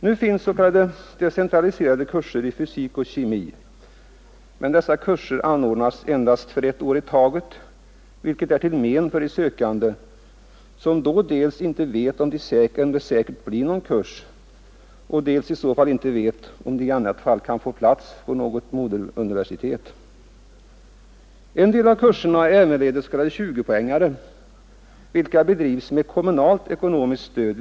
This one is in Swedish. Nu finns s.k. decentraliserade kurser i fysik och kemi, men dessa kurser anordnas endast för ett år i taget, vilket är till men för de sökande, som då dels inte vet om det säkert blir någon kurs, dels inte vet om de i annat fall kan beredas plats vid något moderuniversitet. En del av kurserna är ävenledes s.k. 20-poängare, vilka bedrivs med kommunalt ekonomiskt stöd.